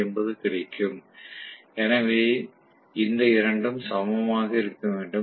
இரண்டாவது ஒரு வைண்டிங் குறுகிய பிட்ச் காரணமாக உள்ளது நான் அதை 180 டிகிரியில் சரியாக செய்யக்கூடாது